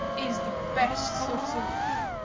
is the best sort of.